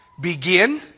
begin